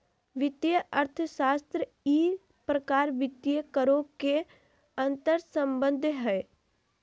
वित्तीय अर्थशास्त्र ई प्रकार वित्तीय करों के अंतर्संबंध हइ